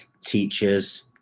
teachers